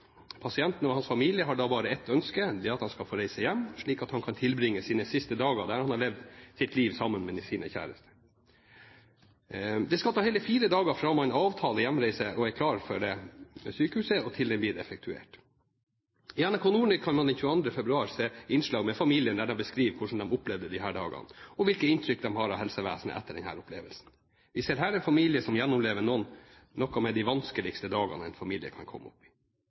Pasienten og hans familie har da bare ett ønske. Det er at han skal få reise hjem, slik at han kan tilbringe sine siste dager der han har levd sitt liv sammen med sine kjæreste. Det skal ta hele fire dager fra man avtaler hjemreise med sykehuset, til den blir effektuert. I NRK Nordnytt kan man den 22. februar se innslag med familien der de beskriver hvordan de opplevde disse dagene, og hvilket inntrykk de har av helsevesenet etter denne opplevelsen. Vi ser her en familie som gjennomlever noen av de vanskeligste dagene en familie kan komme opp i.